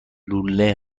لوله